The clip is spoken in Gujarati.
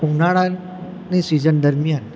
ઉનાળાની સિઝન દરમિયાન